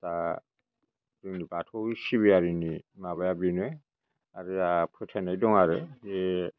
दा जोंनि बाथौ सिबियारिनि माबाया बेनो आरो आंहा फोथायनाय दं आरो बे